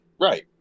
Right